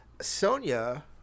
Sonia